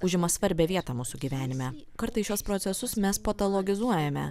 užima svarbią vietą mūsų gyvenime kartais šiuos procesus mes patologizuojeme